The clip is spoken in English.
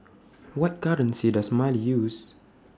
What currency Does Mali use